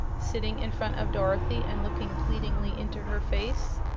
sitting in front of dorothy and looking pleadingly into her face.